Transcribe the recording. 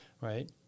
right